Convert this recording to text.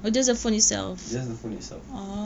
just the phone itself